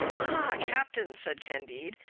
ah! captain, said candide,